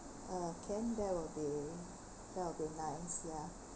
uh can that would be that would be nice ya